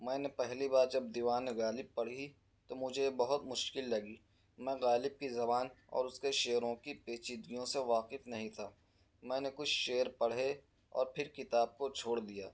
میں نے پہلی بار جب دیوان غالب پڑھی تو مجھے بہت مشکل لگی میں غالب کی زبان اور اس کے شعروں کی پیچیدگیوں سے واقف نہیں تھا میں نے کچھ شعر پڑھے اور پھر کتاب کو چھوڑ دیا